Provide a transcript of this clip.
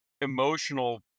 emotional